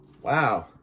Wow